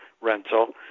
rental